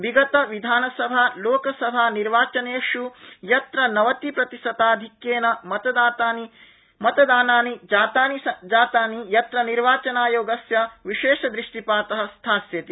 विगत विधानसभा लोकसभानिर्वाचनेष् यत्र नवतिप्रतिशताधिक्येन मतदानानि जातानि तत्र निर्वाचनायोगस्य विशेषदृष्टिपात स्थास्यति